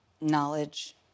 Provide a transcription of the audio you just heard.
Knowledge